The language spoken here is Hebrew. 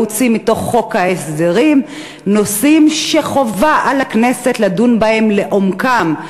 להוציא מחוק ההסדרים נושאים שחובה על הכנסת לדון בהם לעומקם,